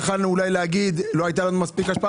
יכולנו אולי להגיד שלא הייתה לנו מספיק השפעה